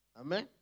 Amen